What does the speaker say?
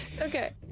okay